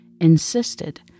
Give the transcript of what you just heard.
insisted